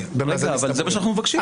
זה מה שאנחנו מבקשים.